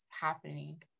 happening